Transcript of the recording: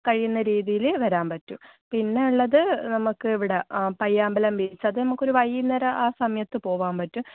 കഴിയുന്ന രീതിയിൽ വരാൻ പറ്റും പിന്നെ ഉള്ളത് നമുക്ക് ഇവിടെ പയ്യാമ്പലം ബീച്ച് അത് നമുക്കൊരു വൈകുന്നേരം ആ സമയത്ത് പോവാൻ പറ്റും